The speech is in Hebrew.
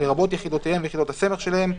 לרבות יחידותיהם ויחידות הסמך שלהם,